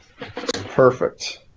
Perfect